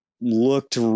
looked